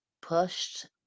pushed